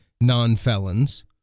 non-felons